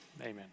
Amen